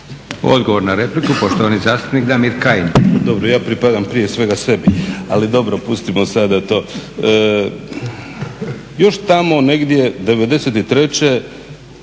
Odgovor na repliku poštovani zastupnik Damir Kajin. **Kajin, Damir (ID - DI)** Dobro, ja pripadam prije svega sebi, ali dobro, pustimo sada to. Još tamo negdje '93.